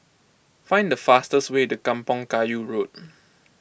find the fastest way to Kampong Kayu Road